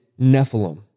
Nephilim